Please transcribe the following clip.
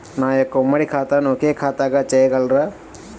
నా యొక్క ఉమ్మడి ఖాతాను ఒకే ఖాతాగా చేయగలరా?